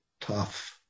tough